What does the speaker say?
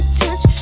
touch